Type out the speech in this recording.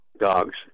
dogs